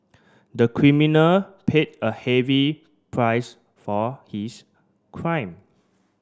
the criminal paid a heavy price for his crime